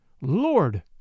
Lord